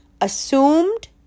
assumed